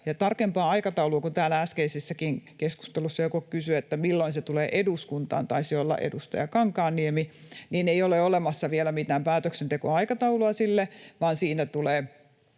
tarkempaa aikataulua täällä äskeisessäkin keskustelussa joku kysyi, milloin se tulee eduskuntaa — taisi olla edustaja Kankaanniemi — sille ei ole olemassa vielä mitään päätöksentekoaikataulua, vaan siinä tulee